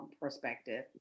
perspective